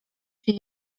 się